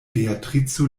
beatrico